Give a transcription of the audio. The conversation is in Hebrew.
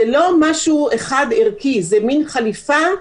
זה לא משהו חד ערכי, זה מין חליפה.